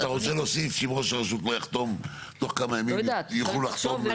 אתם רוצים להוסיף שאם ראש הרשות לא יחתום תוך כמה ימים יוכלו לחתום?